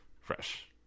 fresh